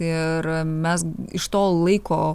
ir mes iš to laiko